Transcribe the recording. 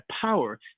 power